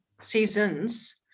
seasons